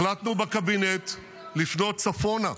החלטנו בקבינט לפנות צפונה,